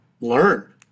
learn